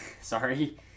sorry